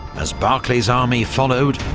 as barclay's army followed,